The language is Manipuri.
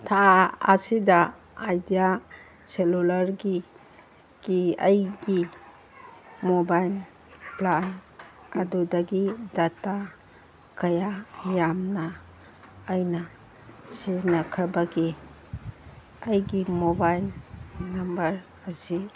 ꯊꯥ ꯑꯁꯤꯗ ꯑꯥꯏꯗꯤꯌꯥ ꯁꯦꯜꯂꯨꯂꯔꯒꯤ ꯀꯤ ꯑꯩꯒꯤ ꯃꯣꯕꯥꯏꯜ ꯄ꯭ꯂꯥꯟ ꯑꯗꯨꯗꯒꯤ ꯗꯇꯥ ꯀꯌꯥ ꯌꯥꯝꯅ ꯑꯩꯅ ꯁꯤꯖꯤꯟꯅꯈ꯭ꯔꯕꯒꯦ ꯑꯩꯒꯤ ꯃꯣꯕꯥꯏꯜ ꯅꯝꯕꯔ ꯑꯁꯤ